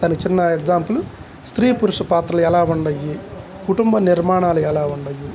దాని చిన్న ఎగ్జాంపుల్ స్త్రీ పురుష పాత్రలు ఎలా ఉంటాయి కుటుంబ నిర్మాణాలు ఎలా ఉంటాయి